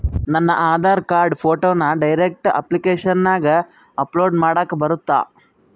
ನನ್ನ ಆಧಾರ್ ಕಾರ್ಡ್ ಫೋಟೋನ ಡೈರೆಕ್ಟ್ ಅಪ್ಲಿಕೇಶನಗ ಅಪ್ಲೋಡ್ ಮಾಡಾಕ ಬರುತ್ತಾ?